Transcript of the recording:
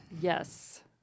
Yes